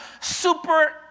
super